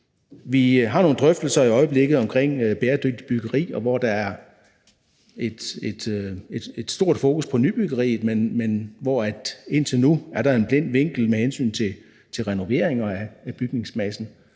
Vi har nogle drøftelser i øjeblikket omkring bæredygtigt byggeri, hvor der er et stort fokus på nybyggeriet, men hvor der indtil nu er en blind vinkel med hensyn til renoveringer af bygningsmassen,